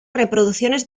reproducciones